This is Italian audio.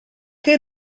che